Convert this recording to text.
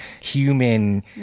human